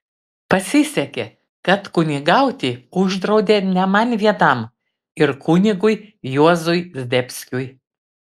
pasisekė kad kunigauti uždraudė ne man vienam ir kunigui juozui zdebskiui